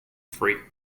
free